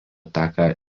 teka